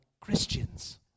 Christians